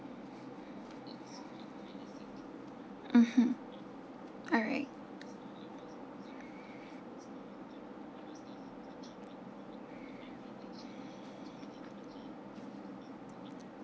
mmhmm alright